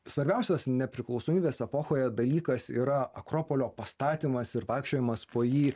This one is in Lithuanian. svarbiausias nepriklausomybės epochoje dalykas yra akropolio pastatymas ir vaikščiojimas po jį